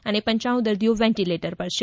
અને પંચાણું દર્દીઓ વેન્ટીલેટર પર છે